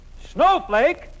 Snowflake